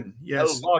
yes